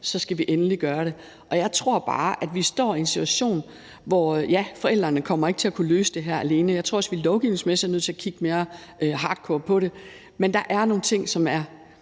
skal vi endelig gøre det. Jeg tror bare, at vi står i en situation, hvor ja, forældrene ikke kommer til at kunne løse det her alene. Jeg tror også, at vi lovgivningsmæssigt er nødt til at kigge mere hardcore på det, men der er nogle ting, som er